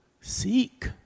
Seek